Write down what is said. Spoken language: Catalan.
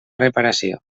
reparació